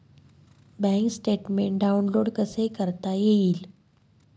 Bank statement download कसे करता येईल?